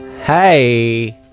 Hey